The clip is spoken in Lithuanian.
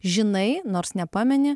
žinai nors nepameni